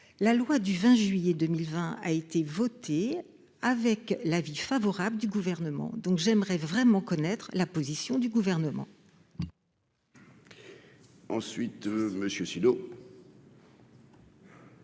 la loi du 20 juillet 2020, a été voté avec l'avis favorable du gouvernement, donc j'aimerais vraiment connaître la position du gouvernement. Ensuite, monsieur sinon.